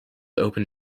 open